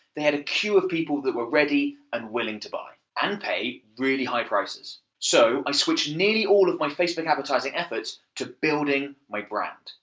they had a queue of people that were ready and willing to buy, and pay really high prices. so, i switched nearly all of my facebook advertising efforts to building my brand,